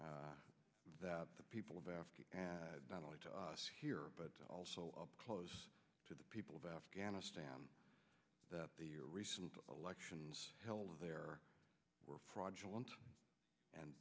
clear that the people of africa not only to us here but also up close to the people of afghanistan that the your recent elections held there were fraudulent and